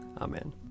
Amen